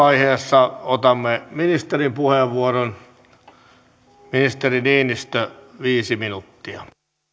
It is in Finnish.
vaiheessa otamme ministerin puheenvuoron ministeri niinistö viisi minuuttia